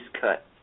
cut